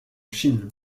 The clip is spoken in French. chine